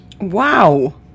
Wow